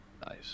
Nice